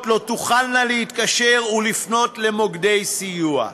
לא תוכלנה להתקשר ולפנות למוקדי סיוע?